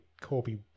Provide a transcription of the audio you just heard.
Corby